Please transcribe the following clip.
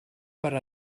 per